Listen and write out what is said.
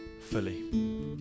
fully